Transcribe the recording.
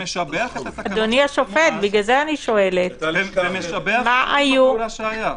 שמשבח את שיתוף הפעולה שהיה.